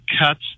cuts –